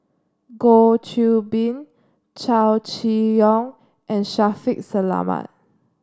Goh Qiu Bin Chow Chee Yong and Shaffiq Selamat